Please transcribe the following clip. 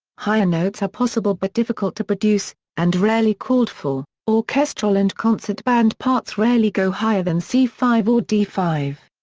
higher notes are possible but difficult to produce, and rarely called for orchestral and concert band parts rarely go higher than c five or d five.